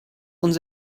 uns